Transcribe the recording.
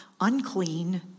unclean